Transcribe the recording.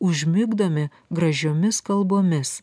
užmigdomi gražiomis kalbomis